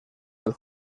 del